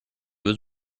was